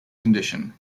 condition